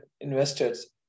investors